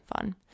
fun